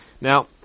Now